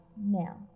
Now